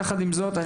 יחד עם זאת,